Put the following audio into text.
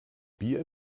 bier